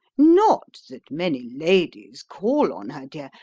not that many ladies call on her, dear,